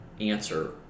answer